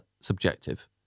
subjective